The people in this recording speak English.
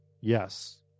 Yes